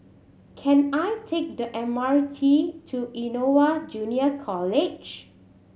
can I take the M R T to Innova Junior College